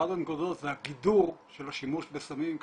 אחת הנקודות זה הגידור של השימוש בסמים כי